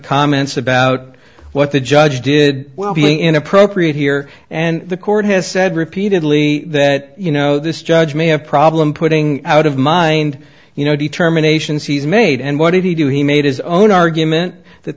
comments about what the judge did well being inappropriate here and the court has said repeatedly that you know this judge may have a problem putting out of mind you know determinations he's made and what did he do he made his own argument that